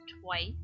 twice